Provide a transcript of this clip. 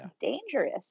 dangerous